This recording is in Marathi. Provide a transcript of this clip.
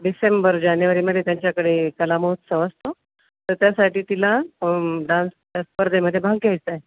डिसेंबर जानेवारीमध्ये त्यांच्याकडे कला महोत्सव असतो तर त्यासाठी तिला डान्स त्या स्पर्धेमध्ये भाग घ्यायचा आहे